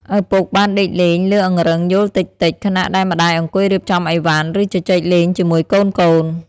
ឪពុកបានដេកលេងលើអង្រឹងយោលតិចៗ ខណៈដែលម្តាយអង្គុយរៀបចំអីវ៉ាន់ ឬជជែកលេងជាមួយកូនៗ។